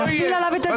לא יהיה.